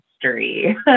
history